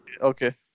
Okay